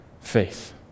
faith